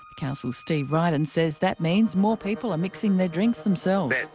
councillor steve riden says that means more people are mixing their drinks themselves.